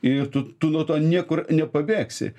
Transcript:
ir tu tu nuo to niekur nepabėgsi